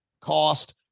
cost